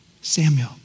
Samuel